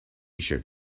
tshirt